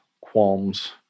qualms